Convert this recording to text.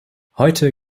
heute